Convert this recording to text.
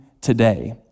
today